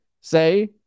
say